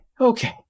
okay